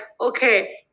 okay